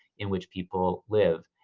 in which people live.